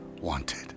wanted